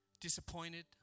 disappointed